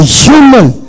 human